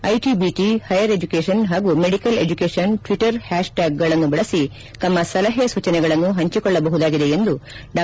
IT BT higher education ಪಾಗೂ medical education Twitter ಹ್ಕಾಷ್ಬ್ಯಾಗ್ಗಳನ್ನು ಬಳಸಿ ತಮ್ಮ ಸಲಹೆ ಸೂಚನೆಗಳನ್ನು ಪಂಚಿಕೊಳ್ಳಬಹುದಾಗಿದೆ ಎಂದು ಡಾ